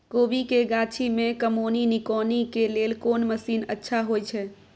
कोबी के गाछी में कमोनी निकौनी के लेल कोन मसीन अच्छा होय छै?